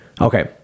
okay